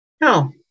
No